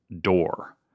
door